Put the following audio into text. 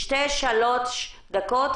שתיים-שלוש דקות,